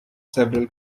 several